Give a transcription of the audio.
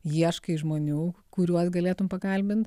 ieškai žmonių kuriuos galėtum pakalbint